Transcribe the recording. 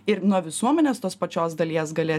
ir nuo visuomenės tos pačios dalies gali